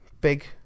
Big